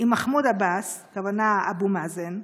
עם מחמוד עבאס, הכוונה לאבו מאזן,